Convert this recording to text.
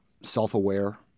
self-aware